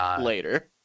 later